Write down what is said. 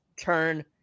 turn